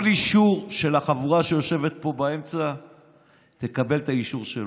כל אישור של החבורה שיושבת פה באמצע יקבל את האישור שלו.